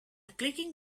clicking